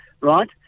right